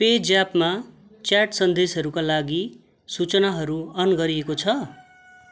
पेज्यापमा च्याट सन्देशहरूका लागि सूचनाहरू अन गरिएको छ